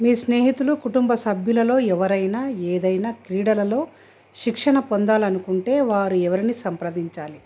మీ స్నేహితులు కుటుంబ సభ్యులలో ఎవరైనా ఏదైనా క్రీడలలో శిక్షణ పొందాలనుకుంటే వారు ఎవరిని సంప్రదించాలి